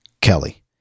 Kelly